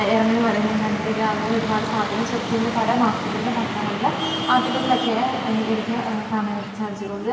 ഇറങ്ങിയെന്ന് പറയുന്നത് ഞാൻ കണ്ടില്ല അത് ഒരുപാട് സ്വാധീനം ചെലുത്തി എന്ന് പല മാസികകളിലും പത്രങ്ങളിൽ ആർട്ടിക്കിൾലൊക്കെ ഇടക്ക് കാണാനായിട്ട് സാധിച്ചു കൂടുതലും